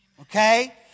Okay